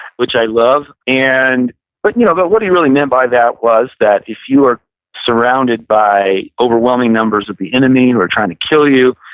which i love and but and you know but what he really meant by that was that if you are surrounded by overwhelming numbers of the enemy who are trying to kill you,